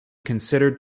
considered